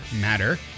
matter